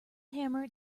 hammer